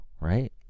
right